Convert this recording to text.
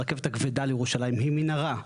הרכבת הכבדה לירושלים היא מנהרה.